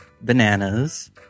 bananas